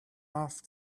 off